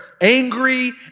angry